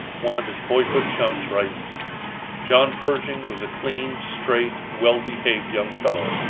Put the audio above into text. one of his boyhood chums writes john pershing was a clean, straight, well-behaved young fellow.